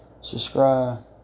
subscribe